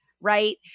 right